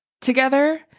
together